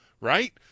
right